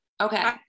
Okay